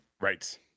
right